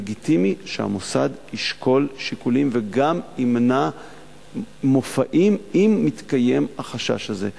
לגיטימי שהמוסד ישקול שיקולים וגם ימנע מופעים אם מתקיים החשש הזה.